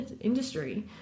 industry